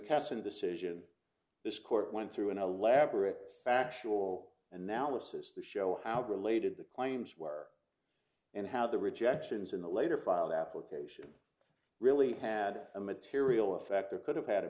mckesson decision this court went through an elaborate factual analysis to show how the related the claims were and how the rejections in the later filed application really had a material effect or could have had a